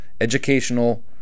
educational